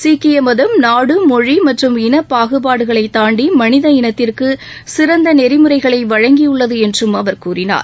சீக்கிய மதம் நாடு மொழி மற்றும் இனப் பாகுபாடுகளை தாண்டி மனித இனத்திற்கு சிறந்த நெறிமுறைகளை வழங்கியுள்ளது என்றும் அவர் கூறினார்